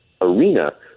arena